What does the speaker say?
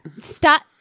Stop